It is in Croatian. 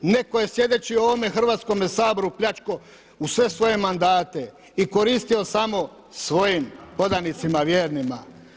Neko je sjedeći u ovome Hrvatskome saboru pljačko u sve svoje mandate i koristio samo svojim podanicima, vjernima.